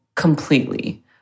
Completely